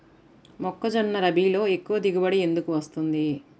మొక్కజొన్న రబీలో ఎక్కువ దిగుబడి ఎందుకు వస్తుంది?